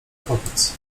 powiedz